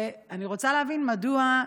ואני רוצה להבין מדוע,